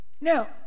Now